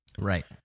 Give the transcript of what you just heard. Right